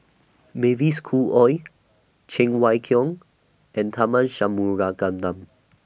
Mavis Khoo Oei Cheng Wai Keung and Tharman